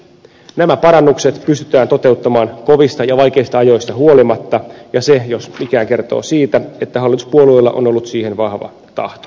nämä parannukset pystytään toteuttamaan kovista ja vaikeista ajoista huolimatta ja se jos mikä kertoo siitä että hallituspuolueilla on ollut siihen vahva tahto